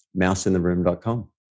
Mouseintheroom.com